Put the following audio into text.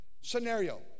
Scenario